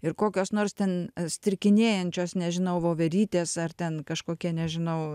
ir kokios nors ten strikinėjančios nežinau voverytės ar ten kažkokie nežinau